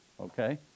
okay